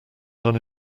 done